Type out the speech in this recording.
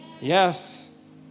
Yes